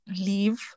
leave